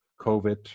COVID